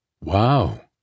Wow